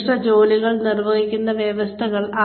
നിർദ്ദിഷ്ട ജോലികൾ നിർവഹിക്കുന്ന വ്യവസ്ഥകൾ